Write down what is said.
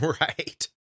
Right